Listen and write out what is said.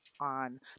on